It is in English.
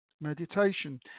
meditation